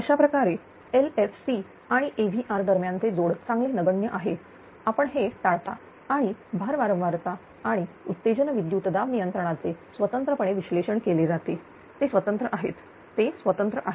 अशा प्रकारे LFC आणि AVR दरम्यानचे जोड चांगले नगण्य आहे आपण हे टाळता आणि भार वारंवारता आणि उत्तेजन विद्युत दाब नियंत्रणाचे स्वतंत्रपणे विश्लेषण केले जाते ते स्वतंत्र आहेत ते स्वतंत्र आहेत